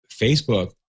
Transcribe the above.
Facebook